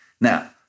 Now